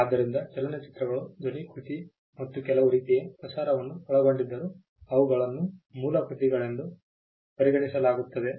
ಆದ್ದರಿಂದ ಚಲನಚಿತ್ರಗಳು ಧ್ವನಿ ಕೃತಿ ಮತ್ತು ಕೆಲವು ರೀತಿಯ ಪ್ರಸಾರವನ್ನು ಒಳಗೊಂಡಿದ್ದರೂ ಅವುಗಳನ್ನು ಮೂಲ ಕೃತಿಗಳೆಂದು ಪರಿಗಣಿಸಲಾಗುತ್ತದೆ